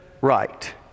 right